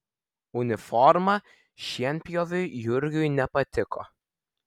uniforma šienpjoviui jurgiui nepatiko